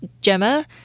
Gemma